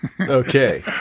Okay